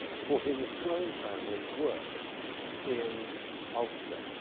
for whom the sloane family work in ulster.